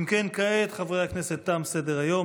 אם כן, כעת, חברי הכנסת, תם סדר-היום.